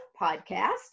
Podcast